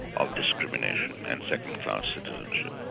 of discrimination and second-class citizenship.